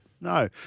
No